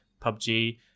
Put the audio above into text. PUBG